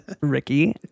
Ricky